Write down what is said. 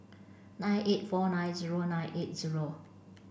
nine eight four nine zero nine eight zero